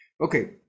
Okay